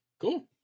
Cool